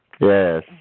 yes